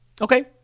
Okay